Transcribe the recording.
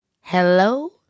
hello